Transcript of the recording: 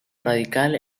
radical